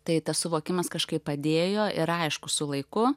tai tas suvokimas kažkaip padėjo ir aišku su laiku